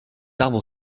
arbre